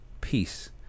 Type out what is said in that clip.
peace